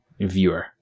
viewer